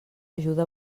ajuda